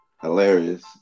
hilarious